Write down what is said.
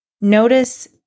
notice